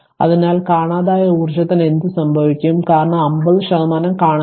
അതിനാൽ കാണാതായ ഊർജ്ജത്തിന് എന്ത് സംഭവിക്കും കാരണം 50 ശതമാനം കാണുന്നില്ല